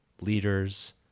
leaders